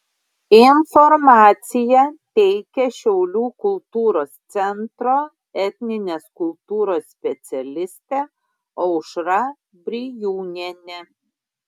informaciją teikia šiaulių kultūros centro etninės kultūros specialistė aušra brijūnienė